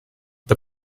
the